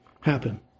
happen